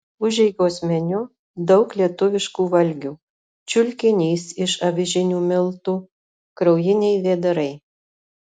užeigos meniu daug lietuviškų valgių čiulkinys iš avižinių miltų kraujiniai vėdarai